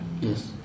Yes